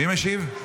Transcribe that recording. מי משיב?